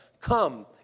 Come